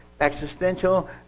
Existential